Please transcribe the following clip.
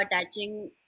attaching